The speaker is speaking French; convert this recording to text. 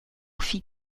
fit